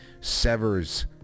Severs